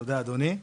תודה אדוני.